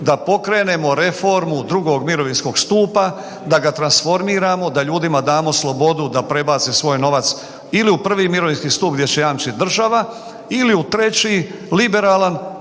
da pokrenemo reformu drugog mirovinskog stupa, da ga transformiramo, da ljudima damo slobodu da prebace svoj novac ili u prvi mirovinski stup gdje će jamčit država ili u treći liberalan